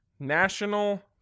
National